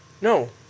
No